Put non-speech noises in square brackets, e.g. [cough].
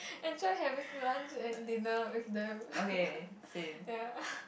enjoy having lunch and dinner with them [laughs] ya [laughs]